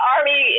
Army